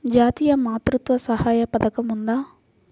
జాతీయ మాతృత్వ సహాయ పథకం ఉందా?